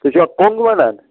تُہۍ چھُوا کۄنٛگ وَنان